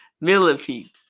millipedes